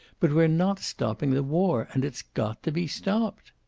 but we're not stopping the war. and it's got to be stopped!